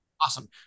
Awesome